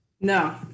No